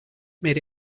made